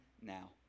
now